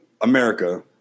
America